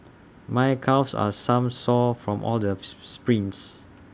my calves are some sore from all those sprints